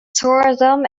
tourism